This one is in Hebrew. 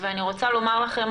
אני רוצה לומר לכם,